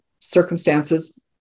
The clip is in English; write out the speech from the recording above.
circumstances